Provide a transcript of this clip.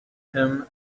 him